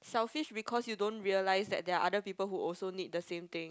selfish because you don't realize that there are other people who also need the same thing